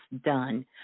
done